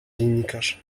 dziennikarz